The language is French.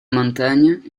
montagnes